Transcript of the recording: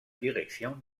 direction